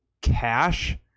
cash